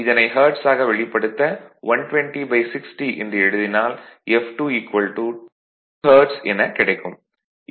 இதனை ஹெர்ட்ஸ் ஆக வெளிப்படுத்த 12060 என்று எழுதினால் f2 2 ஹெர்ட்ஸ் எனக் கிடைக்கும்